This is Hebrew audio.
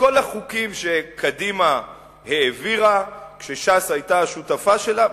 שבכל החוקים שקדימה העבירה כשש"ס היתה השותפה שלה,